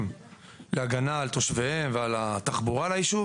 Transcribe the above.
להגנה על תושביהם ועל התחבורה ליישוב.